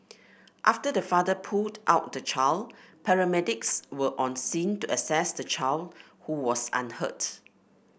after the father pulled out the child paramedics were on scene to assess the child who was unhurt